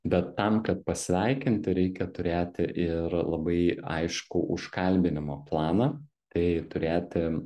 bet tam kad pasveikinti reikia turėti ir labai aiškų užkalbinimo planą tai turėti